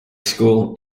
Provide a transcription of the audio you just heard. school